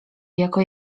jako